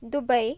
Dubai